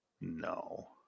no